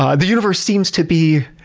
ah the universe seems to be